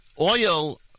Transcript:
oil